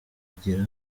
agira